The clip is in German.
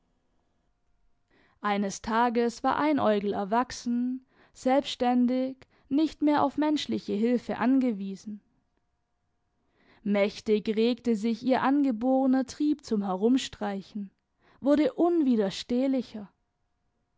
eines tages war einäugel erwachsen selbständig nicht mehr auf menschliche hilfe angewiesen mächtig regte sich ihr angeborener trieb zum herumstreichen wurde unwiderstehlicher